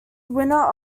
winner